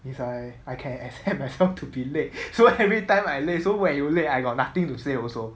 it's like I can accept myself to be late so every time I late so when you late I got nothing to say also